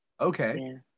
okay